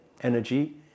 energy